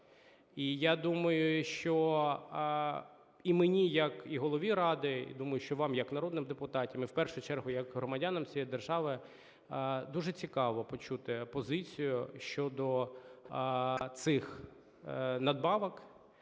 І я думаю, що і мені як Голові Ради і, думаю, що вам як народним депутатам, і в першу чергу як громадянам цієї держави дуже цікаво почути позицію щодо цих надбавок,